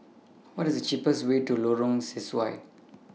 What IS The cheapest Way to Lorong Sesuai